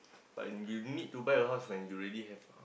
but you need to buy a house when you already have